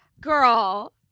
Girl